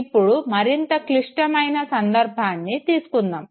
ఇప్పుడు మరింత క్లిస్తమైన సందర్భాన్ని తీసుకుందాము